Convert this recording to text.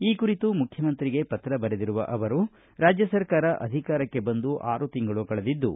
ಈ ಕುರಿತು ಮುಖ್ಯಮಂತ್ರಿಗೆ ಪತ್ರ ಬರೆದಿರುವ ಅವರು ರಾಜ್ಯ ಸರ್ಕಾರ ಅಧಿಕಾರಕ್ಕೆ ಬಂದು ಆರು ತಿಂಗಳು ಕಳೆದಿದ್ದು